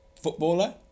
footballer